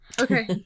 okay